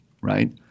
right